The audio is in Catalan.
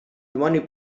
dimoni